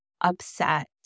upset